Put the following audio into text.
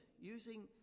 using